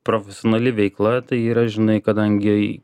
profesionali veikla tai yra žinai kadangi